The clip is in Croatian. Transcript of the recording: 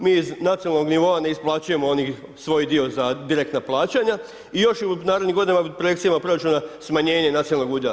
Mi iz nacionalnih nivoa ne isplaćujemo onih, svoj dio za direktna plaćanja, i još u narednim godinama projekcijama proračuna smanjenje nacionalnog udjela.